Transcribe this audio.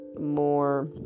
more